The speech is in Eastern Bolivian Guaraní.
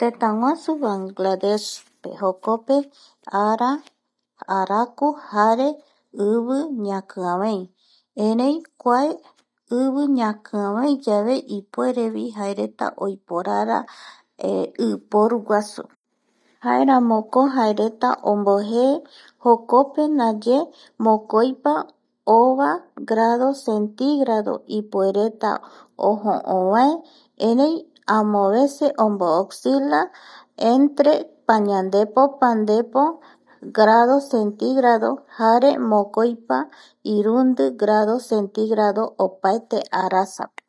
Tëtäguasu Bangladesh jokope ara araku jare ivi ñaviavei erei kua ivi ñakiaveiyave ipuerevi jaereta oiporara i poruguasu jaeramoko jaereta ombojee jokope ndaye mokoipa ova grado centigrado ipuereta ojo ovae amovece mooccila entre pañandepo grado centigrado jare mokoipa irundi grado centígrado opaete arasape